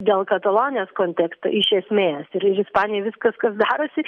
dėl katalonijos konteksto iš esmės ir ispanijoj viskas kas darosi